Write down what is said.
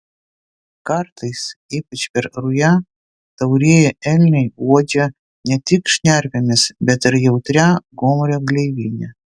kartais ypač per rują taurieji elniai uodžia ne tik šnervėmis bet ir jautria gomurio gleivine